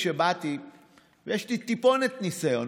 ויש לי טיפונת ניסיון,